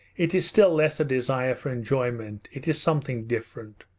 it is still less a desire for enjoyment it is something different.